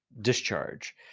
discharge